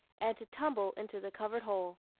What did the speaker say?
and to tumble into the covered hole.